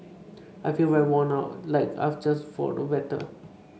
I feel very worn out like I've just fought a battle